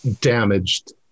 damaged